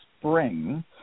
spring